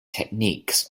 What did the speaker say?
techniques